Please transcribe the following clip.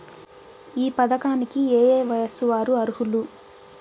ఈ పథకానికి ఏయే వయస్సు వారు అర్హులు?